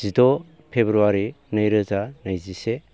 जिद' फेब्रुवारि नैरोजा नैजिसे